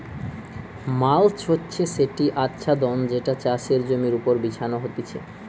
mulch হচ্ছে সেটি আচ্ছাদন যেটা চাষের জমির ওপর বিছানো হতিছে